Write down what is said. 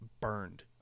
burned